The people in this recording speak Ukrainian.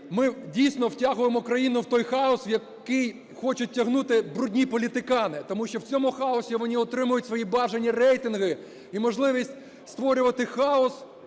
ми, дійсно, втягуємо країну в той хаос, в який хочуть втягнути брудні політикани. Тому що в цьому хаосі вони отримують свої бажані рейтинги і можливість створювати хаос,